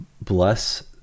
bless